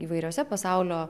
įvairiose pasaulio